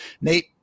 Nate